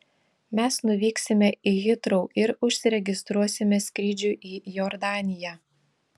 mes nuvyksime į hitrou ir užsiregistruosime skrydžiui į jordaniją